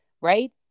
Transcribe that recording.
right